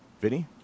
Vinny